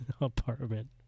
apartment